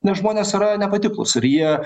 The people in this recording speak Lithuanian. nes žmonės yra nepatiklūs ir jie